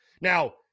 Now